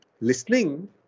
listening